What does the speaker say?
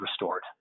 restored